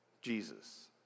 Jesus